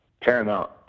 paramount